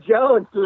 Jones